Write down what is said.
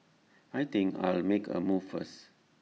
I think I'll make A move first